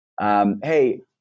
hey